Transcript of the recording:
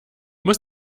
muss